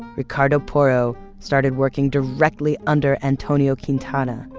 ricardo porro started working directly under antonio quintana,